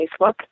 Facebook